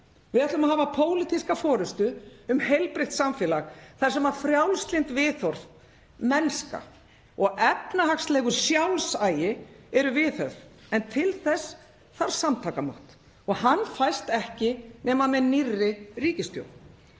Við ætlum að hafa pólitíska forystu um heilbrigt samfélag þar sem frjálslynd viðhorf, mennska og efnahagslegur sjálfsagi eru viðhöfð. En til þess þarf samtakamátt og hann fæst ekki nema með nýrri ríkisstjórn.